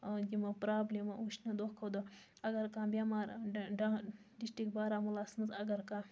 یِم پرابلمہ وٕچھنہ دۄہ کھۄتہ دۄہ اگر کانٛہہ بیٚمار ڈِشٹِک بارامُلَس مَنٛز اگر کانٛہہ